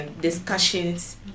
discussions